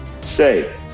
say